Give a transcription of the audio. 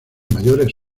mayores